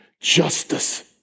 justice